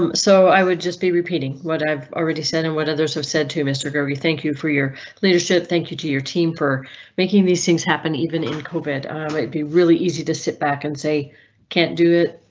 um so i would just be repeating what i've already said and what others have said to mr garvey. thank you for your leadership. thank you too. your team for making these things happen even in covid i might be really easy to sit back and say can't do it.